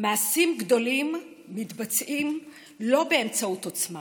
מעשים גדולים מתבצעים לא באמצעות עוצמה